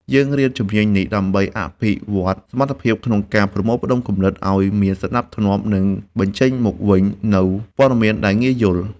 យើងរៀនជំនាញនេះដើម្បីអភិវឌ្ឍសមត្ថភាពក្នុងការប្រមូលផ្ដុំគំនិតឱ្យមានសណ្ដាប់ធ្នាប់ និងបញ្ចេញមកវិញនូវព័ត៌មានដែលងាយយល់។